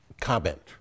comment